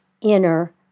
inner